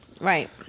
Right